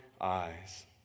eyes